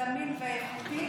זמין ואיכותי